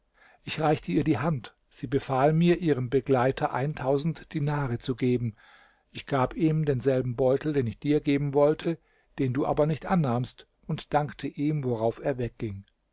ich reichte ihr die hand sie befahl mir ihrem begleiter dinare zu geben ich gab ihm denselben beutel den ich dir geben wollte den du aber nicht annahmst und dankte ihm worauf er wegging